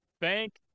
Thank